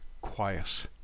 quiet